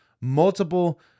multiple